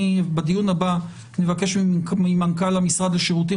בדיון הבא אני מבקש ממנכ"ל המשרד לשירותים